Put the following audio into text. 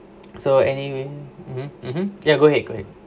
so anyway (uh huh) ya go ahead go ahead